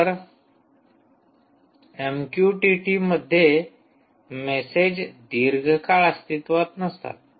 तर एमक्यूटीटी मध्ये मेसेज दीर्घकाळ अस्तित्वात नसतात